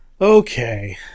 Okay